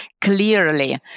clearly